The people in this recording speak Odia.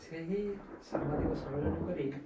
ସେହି ସାମ୍ବାଦିକ ସମ୍ମିଳନୀ କରି